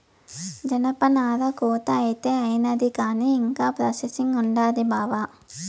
జనపనార కోత అయితే అయినాది కానీ ఇంకా ప్రాసెసింగ్ ఉండాది బావా